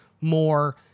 more